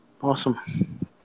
Awesome